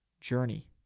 journey